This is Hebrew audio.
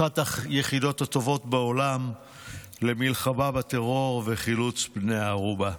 אחת היחידות הטובות בעולם למלחמה בטרור וחילוץ בני הערובה.